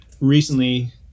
recently